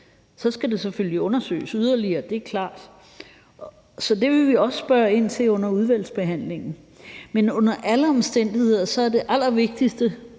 skal det selvfølgelig undersøges yderligere. Det er klart. Så det vil vi også spørge ind til under udvalgsbehandlingen. Men under alle omstændigheder er det allervigtigste